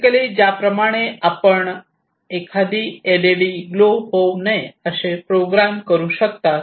basically ज्याप्रमाणे आपण एखादी एल ई डी ग्लो होऊ नये असे आपण प्रोग्राम करू शकता